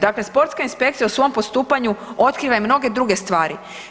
Dakle, sportska inspekcija u svom postupanju otkriva i mnoge druge stvari.